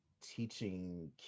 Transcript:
teaching